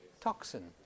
toxin